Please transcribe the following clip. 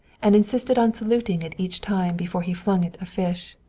and insisted on saluting it each time before he flung it a fish.